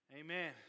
Amen